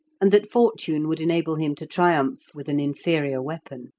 and that fortune would enable him to triumph with an inferior weapon.